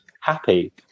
happy